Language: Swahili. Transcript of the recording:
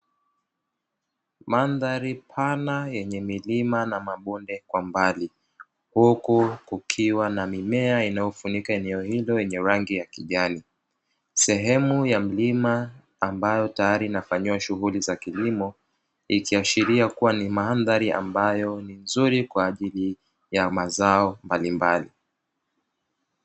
Mandhari pana yenye milima na mabonde kwa mbali, huku kukiwa na mimea inayofunika eneo hilo yenye rangi ya kijani. Sehemu ya mlima ambayo tayari inafanyiwa shughuli za kilimo ikiashiria kuwa ni mandhari ambayo ni nzuri kwa ajili ya mazao mbalimbali.